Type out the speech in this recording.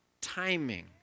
timing